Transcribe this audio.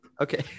okay